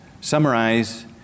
summarize